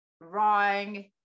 wrong